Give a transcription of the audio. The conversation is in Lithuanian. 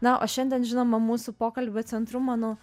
na o šiandien žinoma mūsų pokalbio centru manau